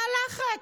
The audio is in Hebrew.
מה הלחץ?